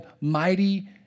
Mighty